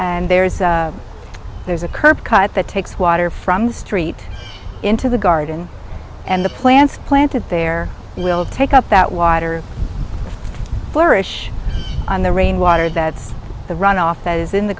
and there's there's a curb cut that takes water from the street into the garden and the plants planted there will take up that water flourish on the rainwater that's the runoff that is in the